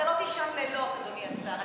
אתה לא תישן לילות, אדוני השר.